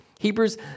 Hebrews